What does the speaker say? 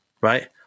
right